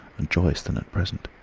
and joyous than at present.